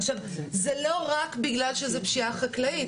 עכשיו, זה לא רק בגלל שזו פשיעה חקלאית.